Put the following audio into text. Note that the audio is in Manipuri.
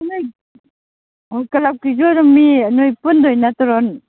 ꯅꯣꯏ ꯍꯣꯏ ꯀ꯭ꯂꯞꯀꯤꯁꯨ ꯑꯗꯨꯝ ꯃꯤ ꯅꯣꯏ ꯄꯨꯟꯗꯣꯏꯅꯇ꯭ꯔꯣ